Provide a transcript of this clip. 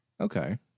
Okay